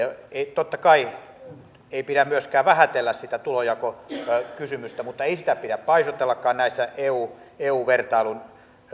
totta kai ei pidä myöskään vähätellä sitä tulonjakokysymystä mutta ei sitä pidä paisutellakaan tästä eu vertailun